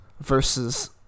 versus